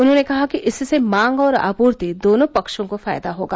उन्होंने कहा कि इससे मांग और आपूर्ति दोनों पक्षों को फायदा होगा